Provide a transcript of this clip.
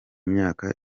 myaka